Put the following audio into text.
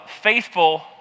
faithful